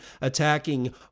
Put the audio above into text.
attacking